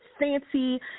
fancy